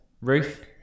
Ruth